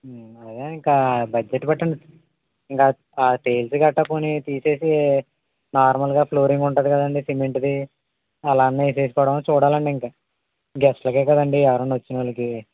అదే ఇంకా బడ్జెట్ బట్టండి ఇంక ఆ టైల్స్ గట్రా పోని తీసేసి నార్మల్గా ఫ్లోరింగ్ ఉంటుంది కదండి సిమెంట్ది అలాంటిమైనా వేయించుకోవడం చూడాలండి ఇంక గెస్ట్లకే కదండి ఎవరైనా వచ్చిన వాళ్ళకి